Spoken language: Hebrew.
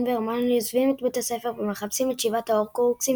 רון והרמיוני עוזבים את בית הספר ומחפשים את שבעת ההורקרוקסים